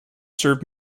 served